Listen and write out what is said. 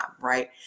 right